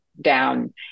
down